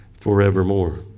forevermore